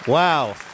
Wow